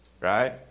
right